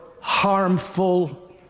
harmful